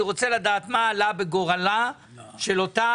אני רוצה לדעת מה עלה בגורלה של אותה